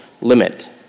limit